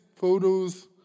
photos